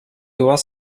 was